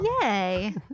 Yay